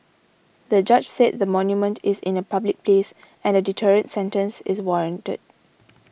the judge said the monument is in a public place and a deterrent sentence is warranted